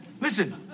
Listen